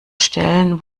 stellen